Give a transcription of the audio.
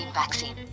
vaccine